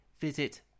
visit